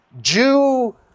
Jew